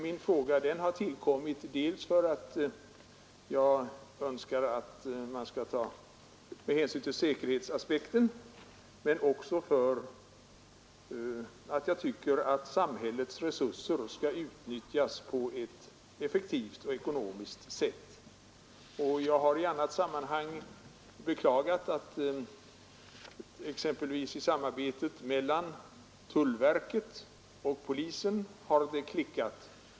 Min fråga har tillkommit dels med hänsyn till säkerhetsaspekten, dels därför att jag tycker att samhällets resurser skall utnyttjas på ett effektivt och ekonomiskt sätt. Jag har i annat sammanhang beklagat att det brister i samarbetet mellan tullverket och polisen.